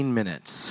minutes